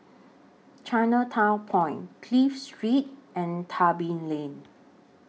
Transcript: Chinatown Point Clive Street and Tebing Lane